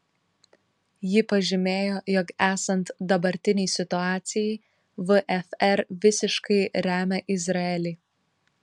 ji pažymėjo jog esant dabartinei situacijai vfr visiškai remia izraelį